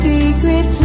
Secret